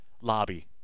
lobby